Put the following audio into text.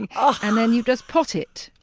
and and then you just pot it.